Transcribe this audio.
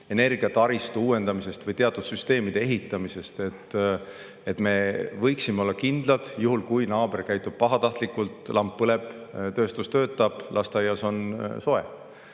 energiataristu uuendamisest või teatud süsteemide ehitamisest, et me võiksime juhul, kui naaber käitub pahatahtlikult, olla kindlad, et lamp põleb, tööstus töötab, lasteaias on soe.